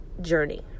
journey